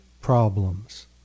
problems